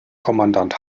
kommandant